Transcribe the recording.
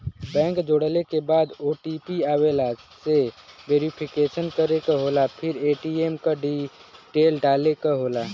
bank जोड़ले के बाद ओ.टी.पी आवेला से वेरिफिकेशन करे क होला फिर ए.टी.एम क डिटेल डाले क होला